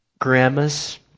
grandmas